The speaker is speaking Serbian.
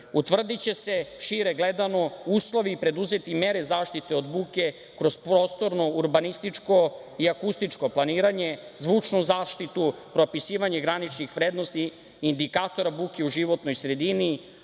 Utvrdiće se, šire gledano, uslovi i preduzeti mere zaštite od buke kroz prostorno-urbanističko i akustičko planiranje, zvučnu zaštitu, propisivanje graničnih vrednosti, indikatora buke u životnoj sredini,